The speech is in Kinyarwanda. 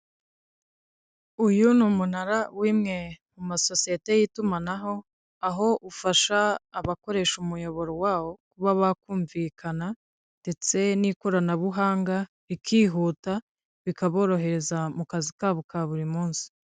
Uyu ni umunara w'imwe mu masosiyete y'itumanaho, aho ufasha abakoresha umuyoboro wawo kuba bakumvikana ndetse n'ikoranabuhanga rikihuta bikaborohereza mu kazi kabo ka buri munsi.